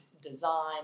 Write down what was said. design